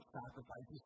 sacrifices